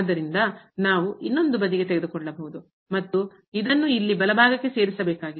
ಆದ್ದರಿಂದ ನಾವು ಇನ್ನೊಂದು ಬದಿಗೆ ತೆಗೆದುಕೊಳ್ಳಬಹುದು ಮತ್ತು ಅದನ್ನು ಇಲ್ಲಿ ಬಲಭಾಗಕ್ಕೆ ಸೇರಿಸಬೇಕಾಗಿದೆ